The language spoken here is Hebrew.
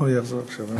מה הוא יחזור עכשיו.